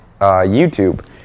YouTube